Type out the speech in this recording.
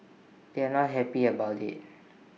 they're not happy about IT